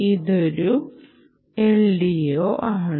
ഇതും ഒരു LDO ആണ്